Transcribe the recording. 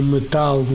Metal